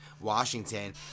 Washington